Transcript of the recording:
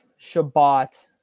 Shabbat